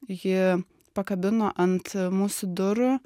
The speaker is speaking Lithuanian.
ji pakabino ant mūsų durų